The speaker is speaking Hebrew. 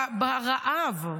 ברעב.